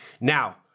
Now